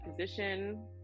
position